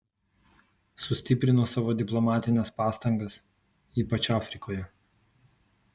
sustiprino savo diplomatines pastangas ypač afrikoje